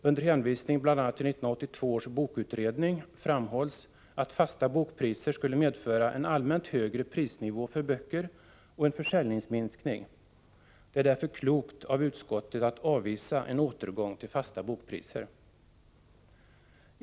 Under hänvisning bl.a. till 1982 års bokutredning framhålls att fasta bokpriser skulle medföra en allmänt högre prisnivå för böcker och en försäljningsminskning. Det är därför klokt av utskottet att avvisa en återgång till fasta bokpriser.